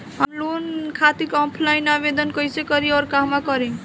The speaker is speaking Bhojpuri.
हम लोन खातिर ऑफलाइन आवेदन कइसे करि अउर कहवा करी?